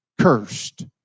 cursed